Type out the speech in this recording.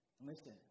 listen